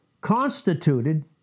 constituted